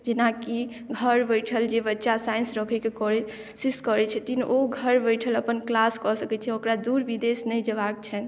जेनाकि घर बैठल जे बच्चा साइंस रखैकेँ कोशिश करै छथिन ओ घर बैठल अपन क्लास कऽ सकै छै ओकरा दूर विदेश नहि जएबाक छनि